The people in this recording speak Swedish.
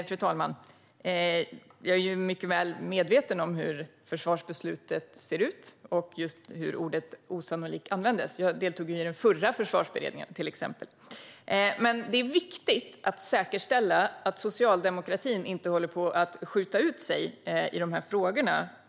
Fru talman! Jag är mycket väl medveten om hur försvarsbeslutet ser ut och hur ordet "osannolikt" användes - jag deltog till exempel i den förra försvarsberedningen. Det är dock viktigt att säkerställa att socialdemokratin inte håller på att skjuta ut sig i de här frågorna.